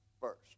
first